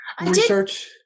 research